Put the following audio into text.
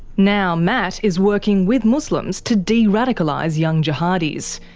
now matt is working with muslims to de-radicalise young jihadis.